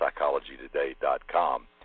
psychologytoday.com